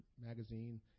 magazine